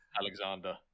Alexander